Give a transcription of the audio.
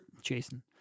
Jason